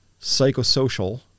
psychosocial